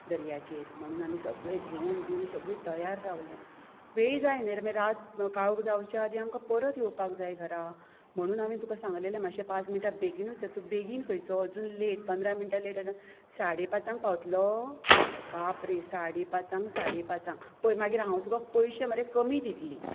दर्याचेर म्हणून आमी सगळे घेवून बिवून सगळे तयार रावल्यात वेळ जाय न्ही रे थंय मागीर रात काळोख जावच्या आदी आमकां परत येवपाक जाय घरा म्हणुन हांवें तुका सांगलेले मातशें पांच मिनटां बेगीनूच यो तूम बेगीन खंयचो अजुन लेट पंदरा मिनटां लेट आनी साडे पांचांक पावतलो बाप रे साडे पांचांक साडे पांचांक पळय मागीर हांव तुका पयशें मरे कमी दितली